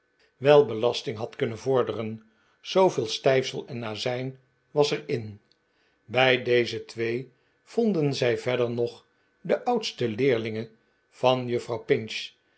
wel belasting had kunnen vorderen zooveel stijfsel en azijn was er in bij deze twee vonden zij verder nog de oudste leerlinge van juffrouw